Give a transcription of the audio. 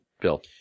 Bill